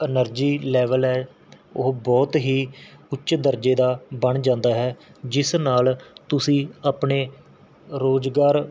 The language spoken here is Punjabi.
ਐਨਰਜ਼ੀ ਲੈਵਲ ਹੈ ਉਹ ਬਹੁਤ ਹੀ ਉੱਚ ਦਰਜੇ ਦਾ ਬਣ ਜਾਂਦਾ ਹੈ ਜਿਸ ਨਾਲ਼ ਤੁਸੀਂ ਆਪਣੇ ਰੋਜ਼ਗਾਰ